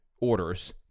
orders